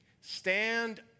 Stand